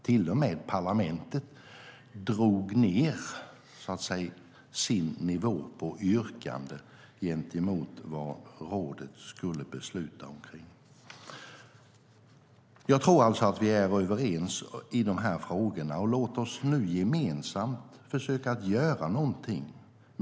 Till och med parlamentet drog så att säga ned på sin nivå på yrkande gentemot vad rådet skulle besluta om. Jag tror att vi är överens i de här frågorna. Låt oss nu gemensamt försöka göra någonting.